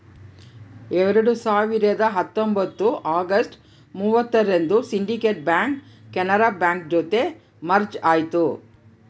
ಎರಡ್ ಸಾವಿರದ ಹತ್ತೊಂಬತ್ತು ಅಗಸ್ಟ್ ಮೂವತ್ತರಂದು ಸಿಂಡಿಕೇಟ್ ಬ್ಯಾಂಕ್ ಕೆನರಾ ಬ್ಯಾಂಕ್ ಜೊತೆ ಮರ್ಜ್ ಆಯ್ತು